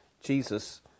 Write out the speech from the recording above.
Jesus